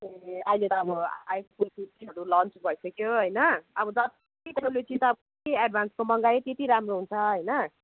ए अहिले त अब आइफोन फिफ्टिनहरू लन्च भइसक्यो होइन अब जत्ति एडभान्स त मगायो त्यति राम्रो हुन्छ होइन